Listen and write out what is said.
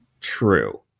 true